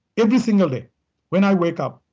every single day when i wake up,